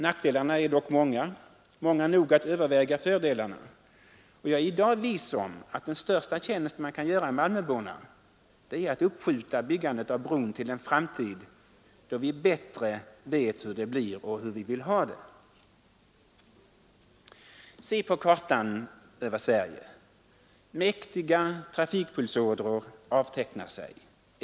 Nackdelarna är dock många, många nog att överväga fördelarna, och jag är i dag viss om att den största tjänst man kan göra malmöborna är att uppskjuta byggandet av bron till en framtid, då vi bättre vet hur det blir och vi vill ha det. Se på kartan över Sverige! Mäktiga trafikpulsådror avtecknar sig.